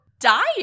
dying